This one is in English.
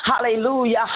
Hallelujah